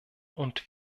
und